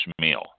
meal